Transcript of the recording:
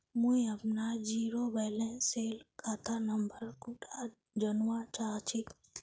मुई अपना zero balance सेल खाता नंबर कुंडा जानवा चाहची?